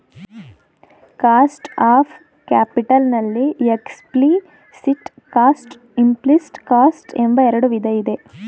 cost of capital ನಲ್ಲಿ explicit cost, implicit cost ಎಂಬ ಎರಡು ವಿಧ ಇದೆ